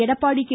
Edappadi K